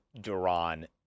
Duran